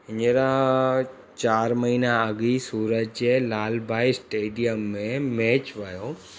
हींअर चारि महीना अॻु ई सूरज जे लालभाई स्टेडियम में मैच वियो